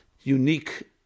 unique